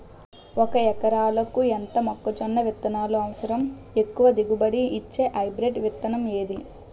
ఒక ఎకరాలకు ఎంత మొక్కజొన్న విత్తనాలు అవసరం? ఎక్కువ దిగుబడి ఇచ్చే హైబ్రిడ్ విత్తనం ఏది?